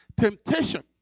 temptation